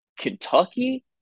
Kentucky